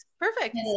Perfect